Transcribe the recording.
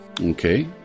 Okay